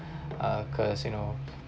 uh because you know